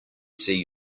see